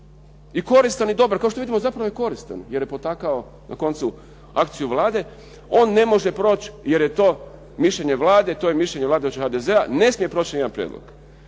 koristan i dobar, kao što vidimo zapravo je koristan jer je potakao na koncu akciju Vlade on ne može proći jer je to mišljenje Vlade, to je mišljenje vladajućih HDZ-a i ne smije proći nijedan prijedlog.